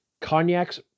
Cognacs